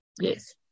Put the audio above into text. Yes